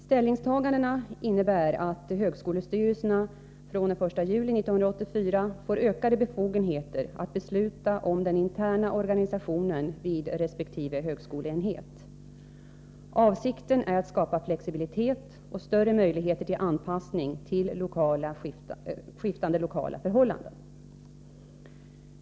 Ställningstagandena innebär att högskolestyrelserna från den 1 juli 1984 får ökade befogenheter att besluta om den interna organisationen vid resp. högskoleenhet. Avsikten är att skapa flexibilitet och större möjligheter till anpassning till skiftande lokala förhållanden.